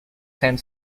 tend